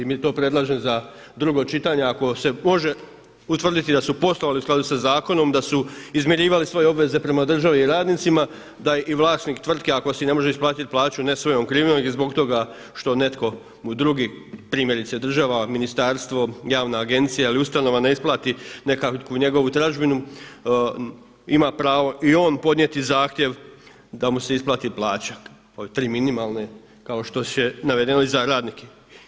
Mi to, predlažem za drugo čitanje ako se može utvrditi da su poslovali u skladu sa zakonom, da su izmirivali svoje obveze prema državi i radnicima, da i vlasnik tvrtke ako si ne može isplatiti plaću ne svojom krivnjom, nego i zbog toga što netko mu drugi primjerice država, ministarstvo, javna agencija ili ustanova ne isplati nekakvu njegovu tražbinu ima pravo i on podnijeti zahtjev da mu se isplati plaća od tri minimalne kao što je navedeno i za radnike.